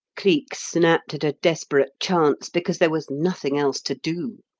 cleek snapped at a desperate chance because there was nothing else to do,